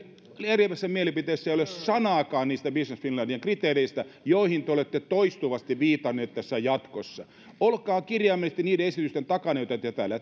eriävässä mielipiteessä ei ole sanaakaan niistä business finlandin kriteereistä joihin te olette toistuvasti viitanneet tässä jatkossa olkaa kirjaimellisesti niiden esitysten takana joita te täällä